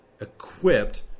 equipped